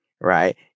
right